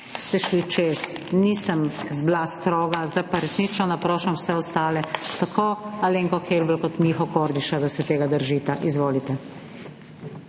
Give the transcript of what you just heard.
ste šli čez, nisem bila stroga, zdaj pa resnično naprošam vse ostale, tako Alenko Helbl kot Miho Kordiša, da se tega držite. Izvolite.